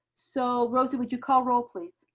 so, rosy, would you call roll please?